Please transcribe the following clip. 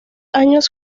años